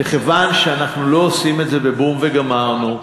מכיוון שאנחנו לא עושים את זה בבום וגמרנו,